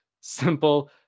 simple